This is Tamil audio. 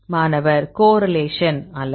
மாணவர் கோரிலேஷன் அல்லது